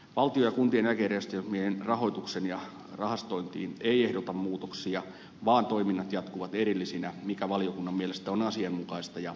valtion ja kuntien eläkejärjestelmien rahoitukseen ja rahastointiin ei ehdoteta muutoksia vaan toiminnat jatkuvat erillisinä mikä valiokunnan mielestä on asianmukaista ja perusteltua